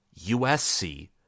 USC